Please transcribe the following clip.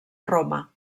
roma